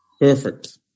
Perfect